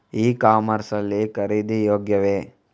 E commerce ಲ್ಲಿ ಖರೀದಿ ಯೋಗ್ಯವೇ?